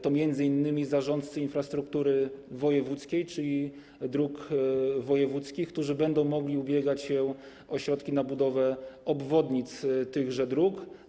To są m.in. zarządcy infrastruktury wojewódzkiej, czyli dróg wojewódzkich, którzy będą mogli ubiegać się o środki na budowę obwodnic tychże dróg.